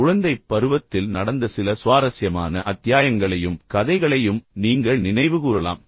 குழந்தைப் பருவத்தில் நடந்த சில சுவாரஸ்யமான அத்தியாயங்களையும் கதைகளையும் நீங்கள் நினைவுகூரலாம்